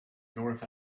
north